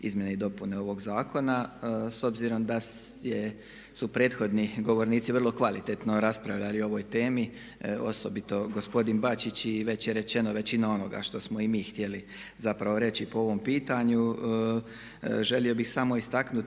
Izmjene i dopune ovog Zakona. S obzirom da su prethodni govornici vrlo kvalitetno raspravljali o ovoj temi, osobito gospodin Bačić i već je rečena većina onoga što smo i mi htjeli zapravo reći po ovom pitanju. Želio bih samo istaknuti